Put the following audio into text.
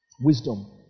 Wisdom